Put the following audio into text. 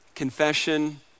Confession